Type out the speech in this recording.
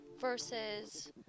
versus